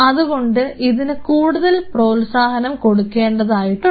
അതുകൊണ്ട് ഇതിന് കൂടുതൽ പ്രോത്സാഹനം കൊടുക്കേണ്ടത് ആയിട്ടുണ്ട്